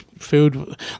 food